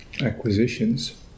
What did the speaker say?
acquisitions